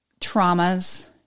traumas